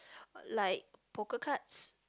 like poker cards